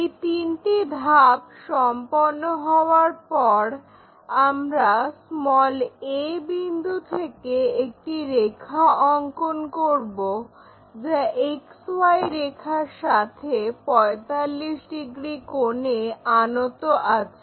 এই তিনটি ধাপ সম্পন্ন হওয়ার পর আমরা a বিন্দু থেকে একটি রেখা অঙ্কন করব যা XY রেখার সাথে 45 ডিগ্রি কোণে আনত আছে